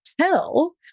tell